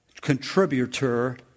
contributor